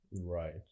right